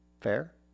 Fair